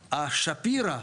ששפירא,